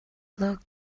look